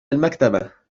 المكتبة